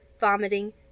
vomiting